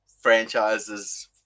franchises